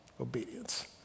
Obedience